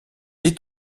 est